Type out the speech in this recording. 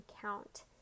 count